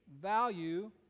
value